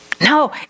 No